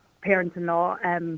parents-in-law